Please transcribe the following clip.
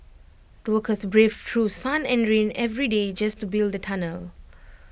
the workers braved through sun and rain every day just to build the tunnel